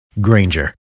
Granger